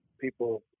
people